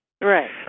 Right